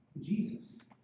Jesus